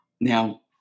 Now